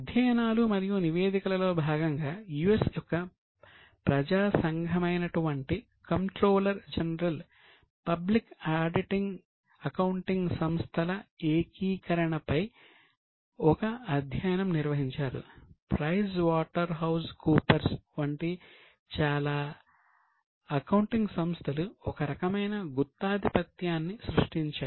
అధ్యయనాలు మరియు నివేదికలో భాగంగా యుఎస్ యొక్క ప్రజా సంఘమైనటువంటి కంప్ట్రోలర్ జనరల్ వంటి చాలా అకౌంటింగ్ సంస్థలు ఒక రకమైన గుత్తాధిపత్యాన్ని సృష్టించాయి